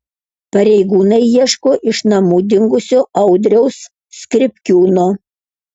pareigūnai ieško iš namų dingusio audriaus skripkiūno